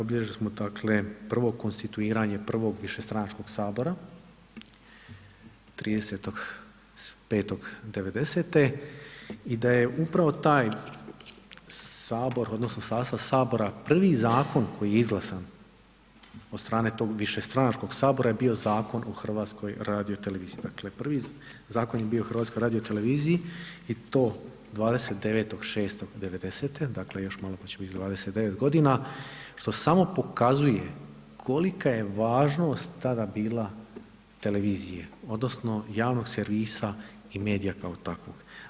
Obilježili smo dakle prvo konstituiranje prvog višestranačkog Sabora, 30.5.1990. i da je upravo taj Sabor, odnosno sastav Sabora prvi zakon koji je izglasan od strane tog višestranačkog Sabora je bio Zakon o HRT-u, dakle prvi zakon je bio o HRT-u i to 29.06.1990., dakle još malo pa će biti 29 godina, što samo pokazuje kolika je važnost tada bila televizije, odnosno javnog servisa i medija kao takvog.